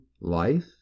life